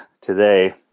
today